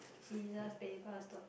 scissors paper stone